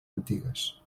antigues